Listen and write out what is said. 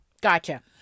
Gotcha